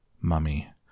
mummy